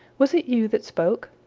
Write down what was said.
was it you that spoke?